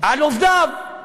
על עובדיו,